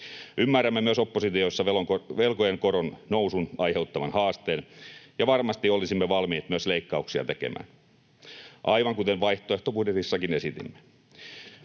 Ymmärrämme myös oppositiossa velkojen koron nousun aiheuttaman haasteen, ja varmasti olisimme valmiit myös leikkauksia tekemään, aivan kuten vaihtoehtobudjeteissakin esitimme.